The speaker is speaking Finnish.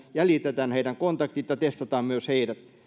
jäljitetään heidän kontaktinsa ja testataan myös heidät